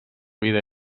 vida